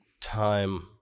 time